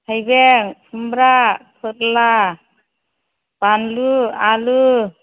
थाइबें खुमब्रा फोरला बानलु आलु